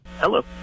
Hello